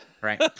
right